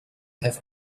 have